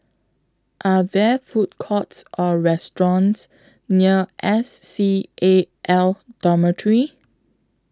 Are There Food Courts Or restaurants near S C A L Dormitory